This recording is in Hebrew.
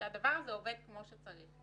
שהדבר הזה עובד כמו שצריך.